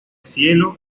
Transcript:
cielo